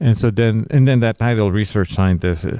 and so then and then that title research scientist,